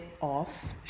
off